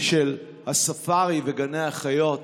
של הספארי וגני החיות